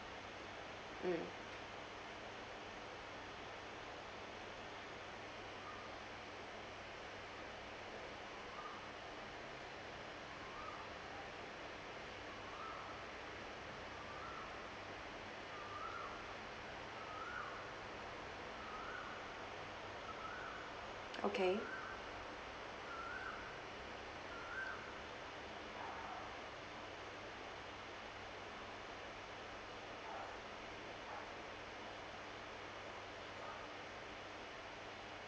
mm okay